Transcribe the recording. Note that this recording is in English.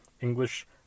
English